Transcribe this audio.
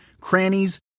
crannies